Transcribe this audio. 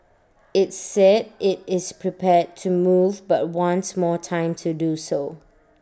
IT said IT is prepared to move but wants more time to do so